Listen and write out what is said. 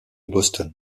boston